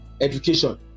education